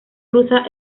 cruza